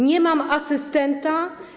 Nie mam asystenta.